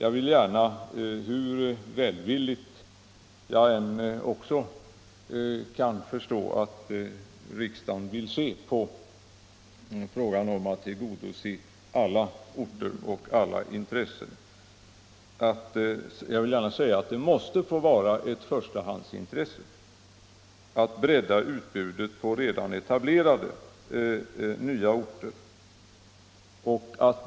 Men hur väl jag än kan förstå att riksdagen vill tillgodose alla orter och önskemål, måste det vara ett förstahandsintresse att bredda utbudet på redan etablerade orter.